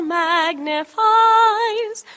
magnifies